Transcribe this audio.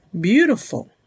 beautiful